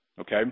Okay